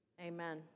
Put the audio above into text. amen